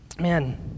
Man